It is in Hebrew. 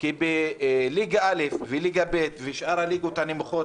כי בליגה א' ובליגה ב' ובשאר הליגות הנמוכות